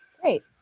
Great